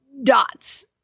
Dots